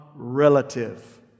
relative